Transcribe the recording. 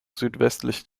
südwestlich